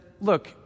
look